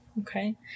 Okay